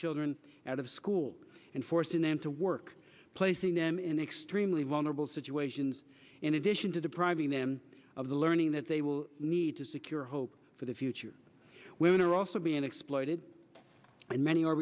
children out of school and forcing them to work placing them in extremely vulnerable situations in addition to deprive them of the learning that they will need to secure hope for the future women are also being exploited and many